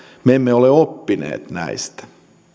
me emme ole oppineet näistä